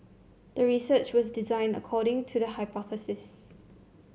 the research was designed according to the hypothesis